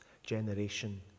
Generation